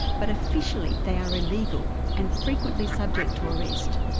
but officially they are illegal and frequently subject to arrest.